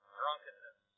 drunkenness